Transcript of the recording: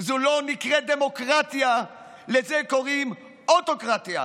זו לא נקראת דמוקרטיה, לזה קוראים אוטוקרטיה.